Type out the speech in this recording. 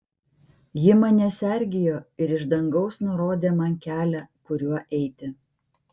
ji mane sergėjo ir iš dangaus nurodė man kelią kuriuo eiti